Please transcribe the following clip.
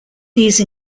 these